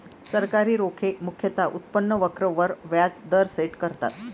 सरकारी रोखे मुख्यतः उत्पन्न वक्र वर व्याज दर सेट करतात